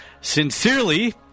Sincerely